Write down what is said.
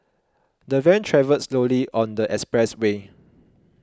the van travelled slowly on the expressway